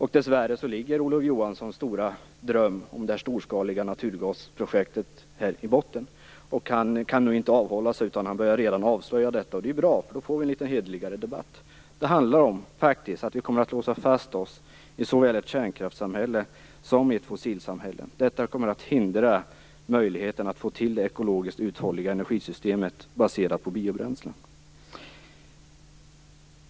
Dessvärre ligger Olof Johanssons stora dröm om det storskaliga naturgasprojektet i botten. Han kan inte avhålla sig från att redan avslöja detta. Det är bra. Då får vi en litet hederligare debatt. Det handlar faktiskt om att vi kommer att låsa fast oss i såväl ett kärnkraftssamhälle som ett fossilsamhälle. Detta kommer att hindra möjligheten att få till det ekologiskt uthålliga energisystemet baserat på biobränslen.